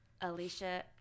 alicia